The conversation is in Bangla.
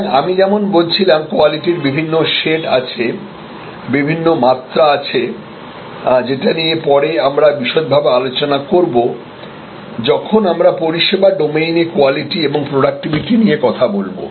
সুতরাং আমি যেমন বলছিলাম কোয়ালিটির বিভিন্ন শেড আছে বিভিন্ন মাত্রা আছে যেটা নিয়ে পরে আমরা বিশদভাবে আলোচনা করব যখন আমরা পরিষেবা ডোমেইনে কোয়ালিটি এবং প্রডাক্টিভিটি নিয়ে কথা বলব